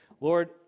Lord